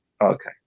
okay